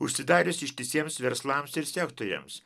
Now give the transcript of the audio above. užsidarius ištisiems verslams ir sektoriams